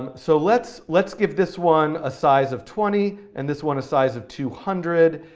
um so let's let's give this one a size of twenty, and this one a size of two hundred,